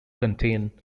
contain